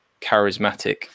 charismatic